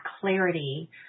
clarity